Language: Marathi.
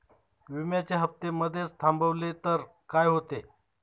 विम्याचे हफ्ते मधेच थांबवले तर काय होते?